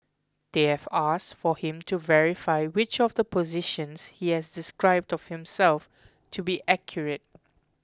they have asked for him to verify which of the positions he has described of himself to be accurate